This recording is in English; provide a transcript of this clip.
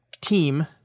team